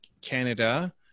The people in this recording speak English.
Canada